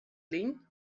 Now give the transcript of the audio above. lyn